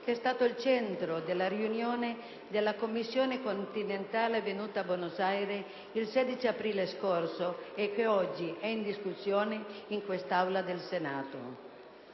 che è stato al centro della riunione della Commissione continentale, tenutasi a Buenos Aires il 16 aprile scorso, e che oggi è in discussione in quest'Aula del Senato.